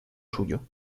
suyo